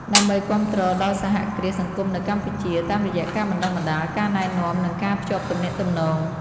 ដើម្បីគាំទ្រដល់សហគ្រាសសង្គមនៅកម្ពុជា តាមរយៈការបណ្តុះបណ្តាល ការណែនាំ និងការភ្ជាប់ទំនាក់ទំនង ។